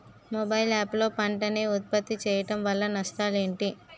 Mobile app లో పంట నే ఉప్పత్తి చేయడం వల్ల నష్టాలు ఏంటి?